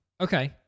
Okay